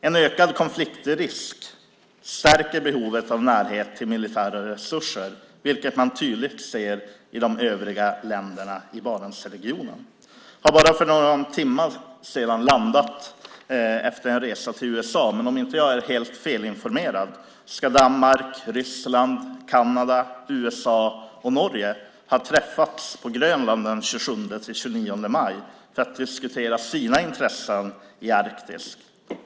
En ökad konfliktrisk stärker behovet av närhet till militära resurser, vilket man tydligt ser i de övriga länderna i Barentsregionen. Jag har bara för någon timma sedan landat efter en resa till USA, men om jag inte är helt felinformerad ska Danmark, Ryssland, Kanada, USA och Norge ha träffats på Grönland den 27-29 maj för att diskutera sina intressen i Arktis.